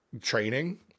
training